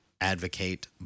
advocate